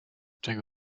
czego